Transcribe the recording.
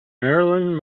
marilyn